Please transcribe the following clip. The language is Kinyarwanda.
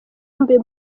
yambaye